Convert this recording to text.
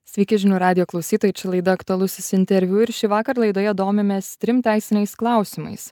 sveiki žinių radijo klausytojai čia laida aktualusis interviu ir šįvakar laidoje domimės trim teisiniais klausimais